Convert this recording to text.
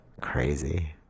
crazy